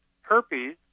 herpes